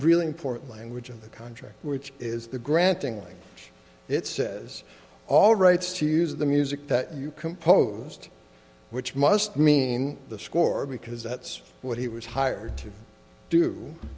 really important language of the contract which is the granting it says all rights to use the music that you composed which must mean the score because that's what he was hired to